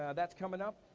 that's coming up.